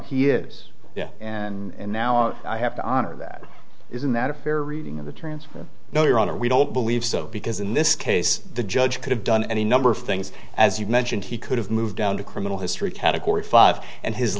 is and now i have to honor that isn't that a fair reading of the transfer no your honor we don't believe so because in this case the judge could have done any number of things as you mentioned he could have moved down to criminal history category five and his